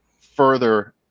further